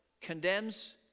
condemns